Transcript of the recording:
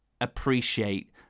appreciate